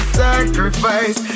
sacrifice